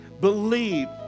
Believe